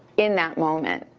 in that moment,